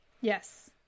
yes